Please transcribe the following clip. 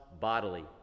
bodily